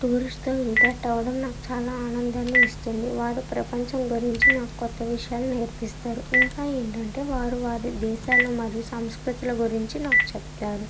టూరిస్ట్తో interact అవ్వడం నాకు చాలా ఆనందాన్ని ఇస్తుంది వారు ప్రపంచం గురించి నాకు కొత్త విషయాలు నేర్పిస్తారు ఇంకా ఏంటంటే వారు వారి దేశాలు మరియు సంస్కృతుల గురించి నాకు చెప్తారు